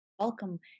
welcome